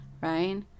Right